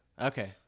Okay